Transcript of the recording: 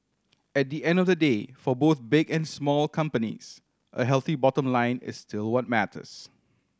at the end of the day for both big and small companies a healthy bottom line is still what matters